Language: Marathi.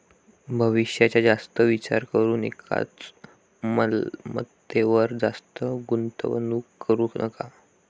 भविष्याचा जास्त विचार करून एकाच मालमत्तेवर जास्त गुंतवणूक करू नका